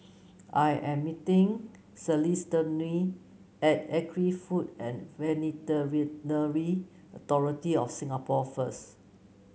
I am meeting Celestino at Agri Food and Veterinary Authority of Singapore first